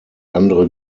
andere